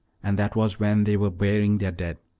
and that was when they were burying their dead.